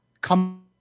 come